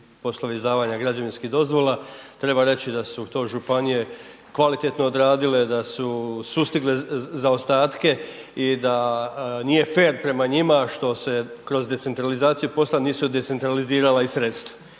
poslovi izdavanja građevinskih dozvola. Treba reći da su to županije kvalitetno odradile, da su sustigle zaostatke i da nije fer prema njima što se kroz decentralizaciju posla nisu decentralizirala i sredstva